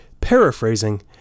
Paraphrasing